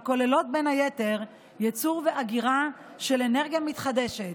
הכוללות בין היתר ייצור ואגירה של אנרגיה מתחדשת.